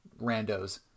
randos